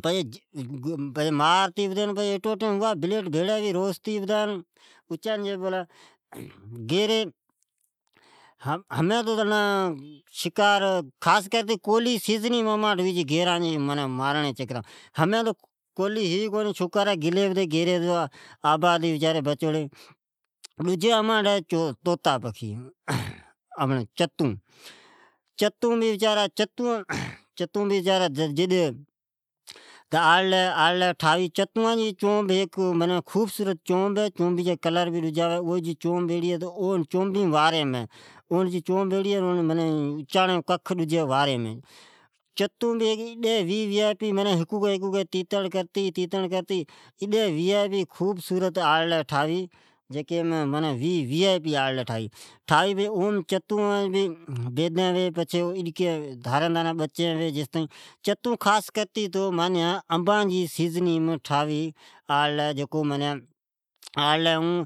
ماری بلیڈ بھیڑی ھوی روشنئ جائی بولے ۔ ھمین تو ھمیں تو خاص کرتی، کولی کو ھوی چھے اوی سیزنیم آوی چھی گیری مارنڑیں چکرام، ھمین گیری تو بچاری بچوڑی ھے اوس پچھے اماٹھ طوطا پکھی آپنڑیں چتون بھے ویچارا جڈ، آڑلی تیتڑن کرتے ٹھاوی چتون جی خوبصورت چونب ہے تو اوم چوبیم واریم ہے، او جی چونب ایڑی ہے منا ککھ ڈجی اچاڑیم واریم ھی، چتوں بھی منا اڈی وی آئی پی ھیکوکی ھیکوکی تیتڑ کرتی، اڈی منا وی آئی پی خوبصورت آڑلی ٹھاوی منا جکیم، اوم منابیدیں ھوی دھاریں دھاریں بچیں ھوی۔ چتوں خاص کرتی منا اباں جی سیزنیم ائیں منا اوں آڑلی